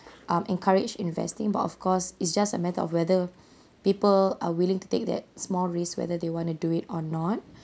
um encourage investing but of course it's just a matter of whether people are willing to take that small risk whether they want to do it or not